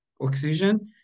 oxygen